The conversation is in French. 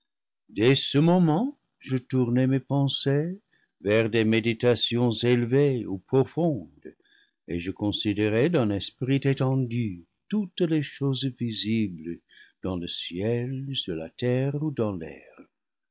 dès ce moment je tournai mes pensées vers des méditations élevées ou profondes et je considérai d'un esprit étendu toutes les choses visibles dans le ciel sur la terre ou dans l'air